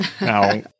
Now